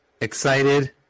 Excited